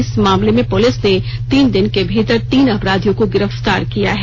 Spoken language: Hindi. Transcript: इस मामले में पुलिस ने तीन दिन के भीतर तीन अपराधियों को गिरफ्तार किया है